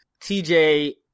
TJ